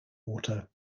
water